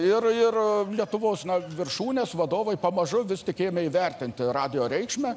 ir it lietuvos viršūnės vadovai pamažu vis tik ėmė įvertinti radijo reikšmę